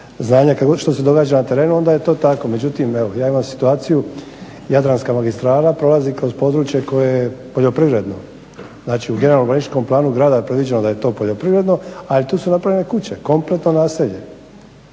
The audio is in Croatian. kako što se događa na terenu onda je to tako. Međutim, evo ja imam situaciju jadranska magistrala prolazi kroz područje koje je poljoprivredno. Znači, u generalnom urbanističkom planu grada je predviđeno da je to poljoprivredno ali tu su napravljene kuće, kompletno naselje.